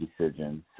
decisions